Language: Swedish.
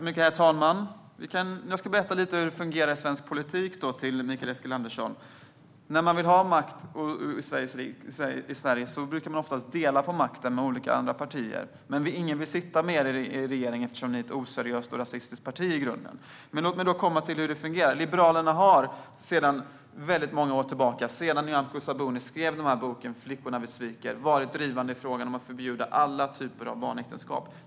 Herr talman! Jag ska berätta för Mikael Eskilandersson lite om hur det fungerar i svensk politik. När man vill ha makt i Sverige brukar man oftast dela makten med andra partier, men ingen vill sitta med er i en regering eftersom ni i grunden är ett oseriöst och rasistiskt parti. Låt mig då komma till hur det fungerar. Liberalerna har sedan många år tillbaka, sedan Nyamko Sabuni skrev boken Flickorna vi sviker , varit drivande i frågan om att förbjuda alla typer av barnäktenskap.